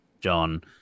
John